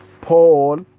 Paul